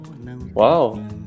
wow